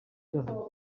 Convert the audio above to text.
cyaha